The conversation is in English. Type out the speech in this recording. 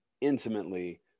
intimately